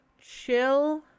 chill